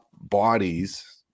bodies